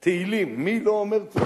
תהילים, מי לא אומר תהילים?